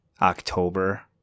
October